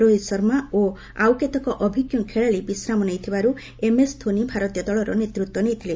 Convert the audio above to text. ରୋହିତ ଶର୍ମା ଓ ଆଉ କେତେକ ଅଭିଜ୍ଞ ଖେଳାଳି ବିଶ୍ରାମ ନେଇଥିବାରୁ ଏମ୍ଏସ୍ ଧୋନି ଭାରତୀୟ ଦଳର ନେତୃତ୍ୱ ନେଇଥିଲେ